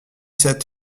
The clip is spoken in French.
sept